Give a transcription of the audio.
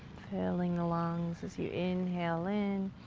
filling the lungs as you inhale in,